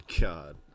God